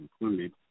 included